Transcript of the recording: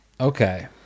Okay